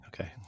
okay